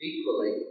Equally